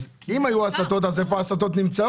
אם היו הסטות אז איפה הן נמצאות?